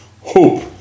hope